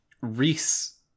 Reese